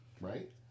Right